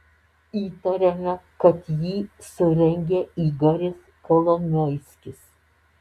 įtariame kad jį surengė igoris kolomoiskis